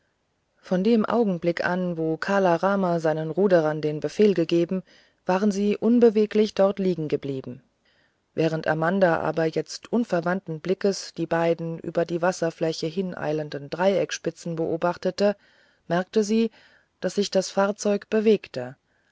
von dem augenblick an wo kala rama seinen ruderern den befehl gegeben waren sie unbeweglich dort liegen geblieben während amanda aber jetzt unverwandten blickes die beiden über die wasserfläche hineilenden dreieckspitzen beobachtete merkte sie daß sich das fahrzeug bewege